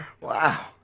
Wow